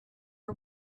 are